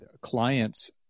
clients